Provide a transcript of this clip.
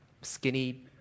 skinny